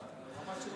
חבר הכנסת